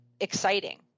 exciting